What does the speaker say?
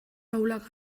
ahulak